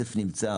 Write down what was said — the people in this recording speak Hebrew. הכסף נמצא,